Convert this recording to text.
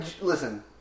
listen